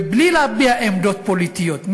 ובלי להביע עמדות פוליטיות,